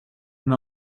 when